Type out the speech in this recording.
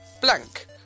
blank